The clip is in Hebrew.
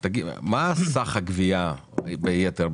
מה סך הגבייה ביתר?